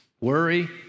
worry